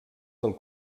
del